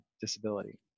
disability